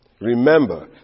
Remember